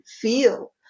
feel